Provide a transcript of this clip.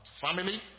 family